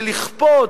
ולכפות,